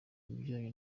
bijyanye